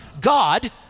God